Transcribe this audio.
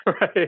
Right